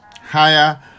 higher